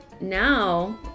now